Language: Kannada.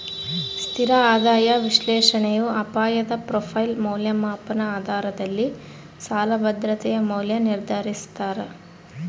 ಸ್ಥಿರ ಆದಾಯ ವಿಶ್ಲೇಷಣೆಯು ಅಪಾಯದ ಪ್ರೊಫೈಲ್ ಮೌಲ್ಯಮಾಪನ ಆಧಾರದಲ್ಲಿ ಸಾಲ ಭದ್ರತೆಯ ಮೌಲ್ಯ ನಿರ್ಧರಿಸ್ತಾರ